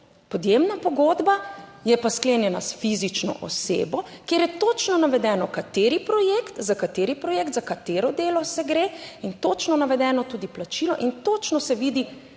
Podjemna pogodba je pa sklenjena s fizično osebo, kjer je točno navedeno kateri projekt, za kateri projekt, za katero delo se gre in točno navedeno tudi plačilo in točno se vidi,